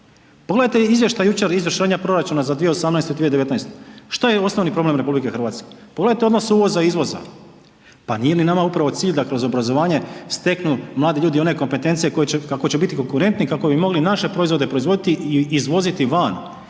Pogledajte izvještaj jučer izvršenja proračuna za 2018. i 2019., šta je osnovni problem RH, pogledajte odnos uvoza, izvoza. Pa nije ni nama upravo cilj da upravo kroz obrazovanje steknu mladi ljudi one kompetencije kako će biti konkurentni, kako bi mogli naše proizvode i izvoziti van.